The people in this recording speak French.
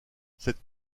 cette